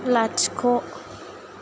लाथिख'